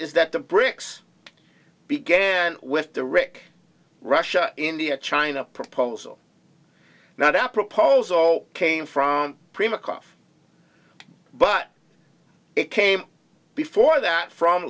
is that the brics began with the rick russia india china proposal now that proposal came from primakov but it came before that from